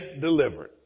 delivered